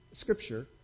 Scripture